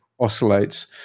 oscillates